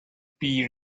pea